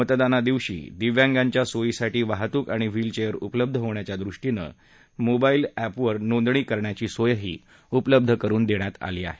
मतदानादिवशी दिव्यांगांच्या सोयीसाठी वाहतूक आणि व्हील चेयर उपलब्ध होण्याच्या दृष्टीनें चुनावना या मोबाईल अँप वर नोंदणी करण्याची सोय उपलब्ध करून दिली आहे